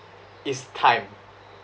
is time